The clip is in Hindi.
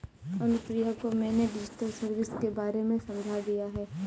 अनुप्रिया को मैंने डिजिटल सर्विस के बारे में समझा दिया है